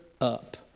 up